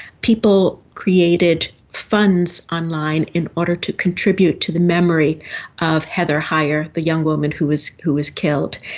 people created funds online in order to contribute to the memory of heather heyer, the young woman who was who was killed,